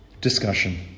Discussion